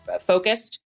focused